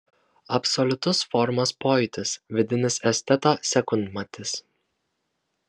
absoliutus formos pojūtis vidinis esteto sekundmatis